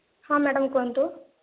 ହଁ ମ୍ୟାଡ଼ାମ କୁହନ୍ତୁ